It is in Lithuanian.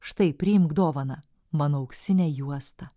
štai priimk dovaną mano auksinę juostą